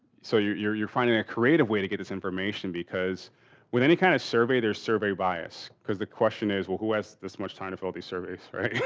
so, you're you're finding a creative way to get this information because with any kind of survey there's survey bias. because the question is, well, who has this much time to fill these surveys, right?